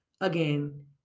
Again